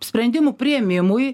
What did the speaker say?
sprendimų priėmimui